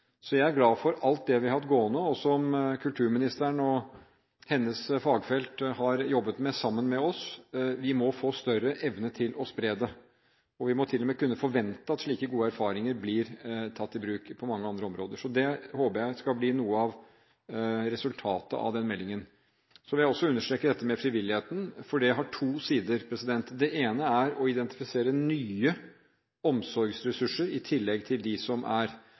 Så jeg er glad for alt det vi har hatt gående, og som kulturministeren og hennes fagfelt har jobbet med sammen med oss om. Vi må få større evne til å spre det, og vi må til og med kunne forvente at slike gode erfaringer blir tatt i bruk på mange andre områder. Så det håper jeg skal bli noe av resultatet av meldingen. Så vil jeg også understreke dette med frivilligheten, for det har to sider. Det ene er å identifisere nye omsorgsressurser i tillegg til dem som er.